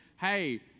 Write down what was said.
hey